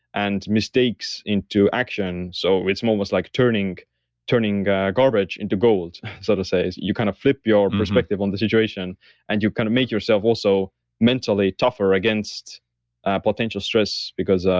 and mistakes into action. so it's almost like turning turning garbage into gold, so to say. you kind of flip your perspective on the situation and kind of make yourself also mentally tougher against a potential stress because,